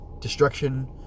destruction